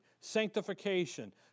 sanctification